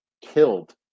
killed